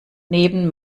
neben